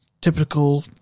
typical